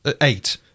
Eight